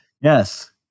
Yes